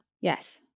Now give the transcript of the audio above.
Yes